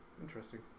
Interesting